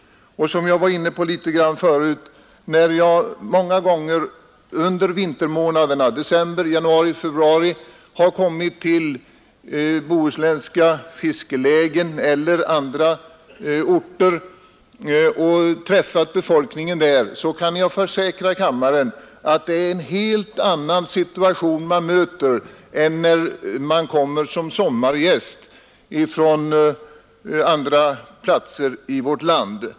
När jag under vintermånaderna — december, januari och februari — har kommit till bohuslänska fiskelägen eller andra orter och träffat befolkningen där kan jag försäkra kammaren att det är en helt annan situation jag mött än den som möter sommargäster från olika platser i vårt land.